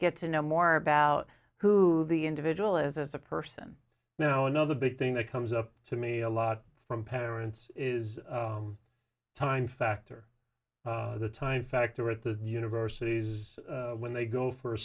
get to know more about who the individual is as a person now another big thing that comes up to me a lot from parents is time factor the time factor at the universities when they go for a